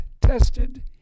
tested